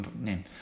name